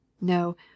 No